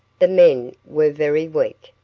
the men were very weak,